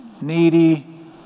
needy